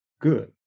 good